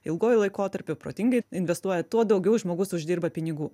ilguoju laikotarpiu protingai investuoja tuo daugiau žmogus uždirba pinigų